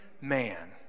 man